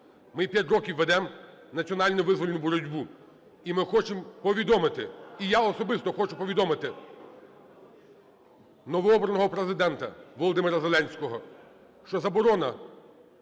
Ми 5 років ведемо національну визвольну боротьбу і ми хочемо повідомити, і я особисто хочу повідомити, новообраного Президента ВолодимираЗеленського, що заборона